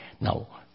Now